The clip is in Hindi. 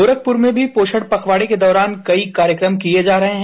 गोरखपुर में भी पोषण पखवाड़के दौरान कई कार्यक्रम किए जा रहे हैं